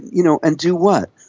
you know, and do what?